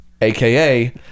AKA